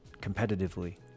competitively